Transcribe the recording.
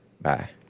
Bye